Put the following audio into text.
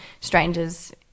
strangers